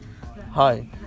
Hi